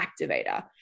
activator